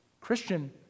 Christian